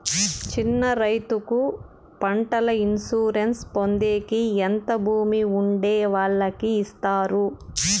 చిన్న రైతుకు పంటల ఇన్సూరెన్సు పొందేకి ఎంత భూమి ఉండే వాళ్ళకి ఇస్తారు?